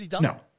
no